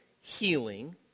healing